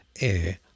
air